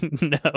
No